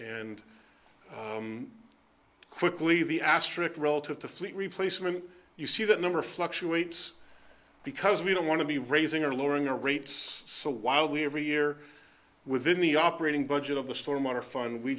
and quickly the asterix relative to fleet replacement you see that number fluctuates because we don't want to be raising or lowering our rates so wildly every year within the operating budget of the stormwater fund we